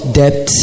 debt